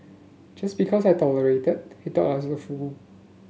just because I tolerated he thought I was a fool